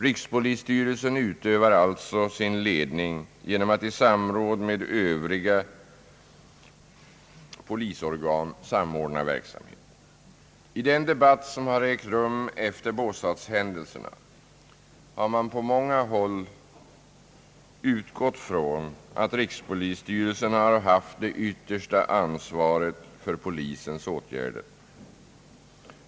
Rikspolisstyrelsen utövar alltså sin ledning genom att i samråd med övriga polisorgan samordna verksamheten. I den debatt som har ägt rum efter båstadshändelserna har man på många håll utgått från att rikspolisstyrelsen har haft det yttersta ansvaret för polisens åtgärder.